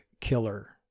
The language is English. killer